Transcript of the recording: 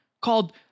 called